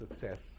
success